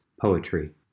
poetry